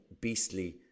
beastly